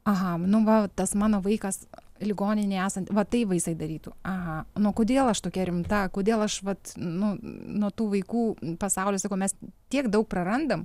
aha nu va tas mano vaikas ligoninėj esant va taip va jisai darytų aha nu kodėl aš tokia rimta kodėl aš vat nu nuo tų vaikų pasaulis sakau mes tiek daug prarandam